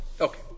Okay